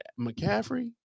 McCaffrey